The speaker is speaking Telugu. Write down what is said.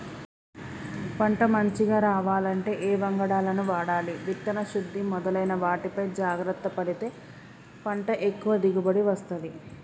పంట మంచిగ రావాలంటే ఏ వంగడాలను వాడాలి విత్తన శుద్ధి మొదలైన వాటిపై జాగ్రత్త పడితే పంట ఎక్కువ దిగుబడి వస్తది